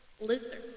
Lizard